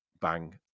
bang